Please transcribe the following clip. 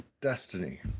destiny